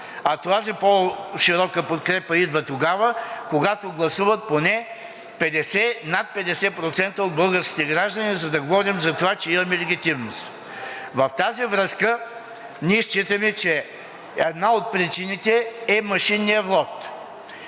А тази по-широка подкрепа идва тогава, когато гласуват поне над 50% от българските граждани, за да говорим за това, че имаме легитимност. В тази връзка считаме, че една от причините е машинният вот.